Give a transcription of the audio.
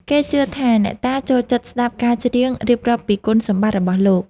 គេជឿថាអ្នកតាចូលចិត្តស្ដាប់ការច្រៀងរៀបរាប់ពីគុណសម្បត្តិរបស់លោក។